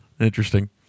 interesting